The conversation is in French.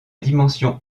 dimension